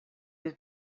was